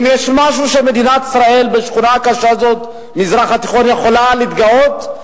אם יש משהו שמדינת ישראל בשעה הקשה הזאת במזרח התיכון יכולה להתגאות בו,